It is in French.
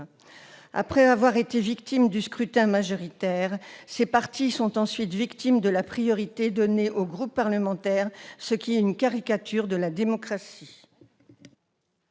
Après avoir été victimes du scrutin majoritaire, ces partis sont victimes de la priorité donnée aux groupes, ce qui constitue une caricature de démocratie.